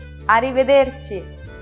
Arrivederci